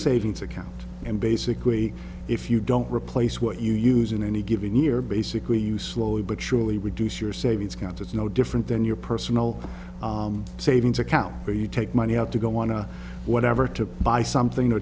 savings account and basically if you don't replace what you use in any given year basically you slowly but surely reduce your savings account it's no different than your personal savings account where you take money out to go on to whatever to buy something or